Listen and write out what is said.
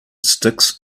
sticks